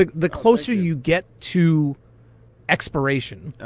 ah the closer you get to expiration,